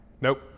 Nope